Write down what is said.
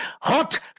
hot